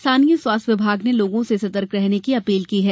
स्थानीय स्वास्थ्य विभाग ने लोगों से सर्तक रहने की अपील की है